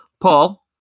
Paul